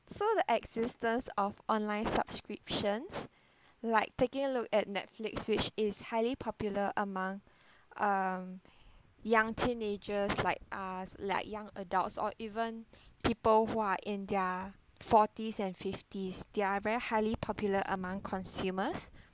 so the existence of online subscriptions like taking a look at Netflix which is highly popular among um young teenagers like us like young adults or even people who are in their forties and fifties they're very highly popular among consumers